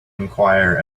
enquire